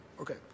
Okay